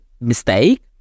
mistake